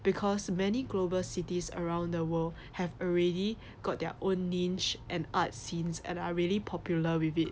because many global cities around the world have already got their own niche and art scene and are really popular with it